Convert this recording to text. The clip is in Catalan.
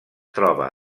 troba